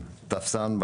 טפסן,